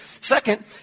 Second